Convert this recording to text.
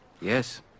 Yes